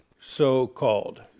so-called